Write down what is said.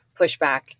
pushback